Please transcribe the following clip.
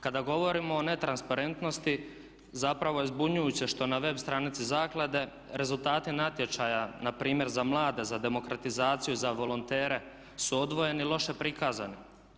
Kada govorimo o netransparentnosti zapravo je zbunjujuće što na web stranici zaklade rezultati natječaja npr. za mlade za demokratizaciju, za volontere su odvojeni i loše prikazani.